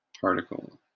particle